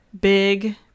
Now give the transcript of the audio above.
big